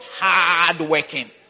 hard-working